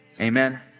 Amen